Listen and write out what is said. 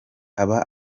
aba